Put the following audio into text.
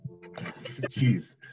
Jeez